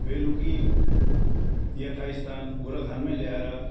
बेलुकी यथास्थान गोरुबथानमै ल्याएर